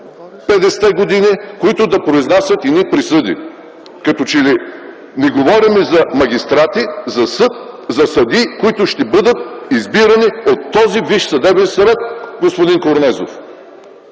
50-те години, които да произнасят едни присъди. Като че ли не говорим за магистрати, за съд, за съдии, които ще бъдат избирани от този Висш съдебен съвет, господин Корнезов.